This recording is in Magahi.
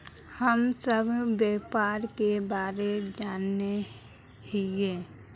हम सब व्यापार के बारे जाने हिये?